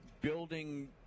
building